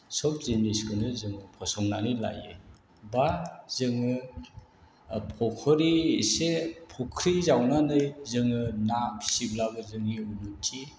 सब जिनिसखौनो जोङो फसंनानै लायो बा जोङो फख्रि एसे फख्रि जावनानै जोङो ना फिसिब्लाबो जोंनि उन्न'ति